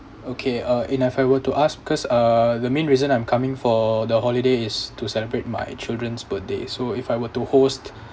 okay uh and if I were to ask because uh the main reason I'm coming for the holiday is to celebrate my children's birthday so if I were to host